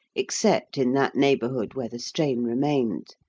except in that neighbourhood where the strain remained.